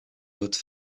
hôte